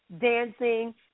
dancing